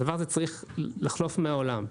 הדבר הזה צריך לחלוף מהעולם.